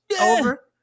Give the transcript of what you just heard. Over